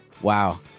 wow